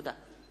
תודה.